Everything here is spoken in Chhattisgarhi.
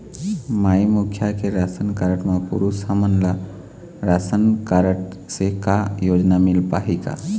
माई मुखिया के राशन कारड म पुरुष हमन ला रासनकारड से का योजना मिल पाही का?